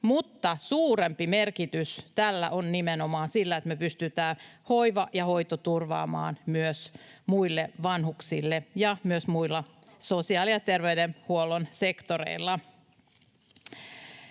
mutta suurempi merkitys tällä on nimenomaan siinä, että me pystytään hoiva ja hoito turvaamaan myös muille vanhuksille ja myös muilla sosiaali- ja terveydenhuollon sektoreilla.